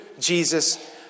Jesus